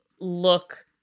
look